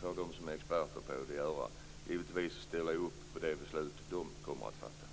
får de som är experter avgöra. Givetvis ställer jag mig bakom det beslut som de kommer att fatta.